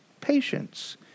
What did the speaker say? patience